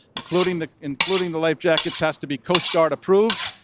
including the including the life jackets, has to be coast guard approved.